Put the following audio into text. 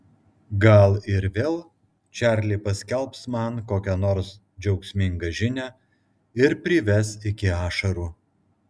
gal ir vėl čarli paskelbs man kokią nors džiaugsmingą žinią ir prives iki ašarų